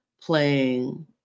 playing